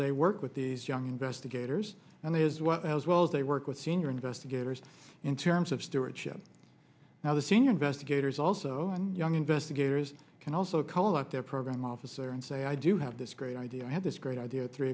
they work with these young investigators and they as well as well as they work with senior investigators in terms of stewardship now the senior investigators also young investigators can also call up their program officer and say i do have this great idea i had this great idea three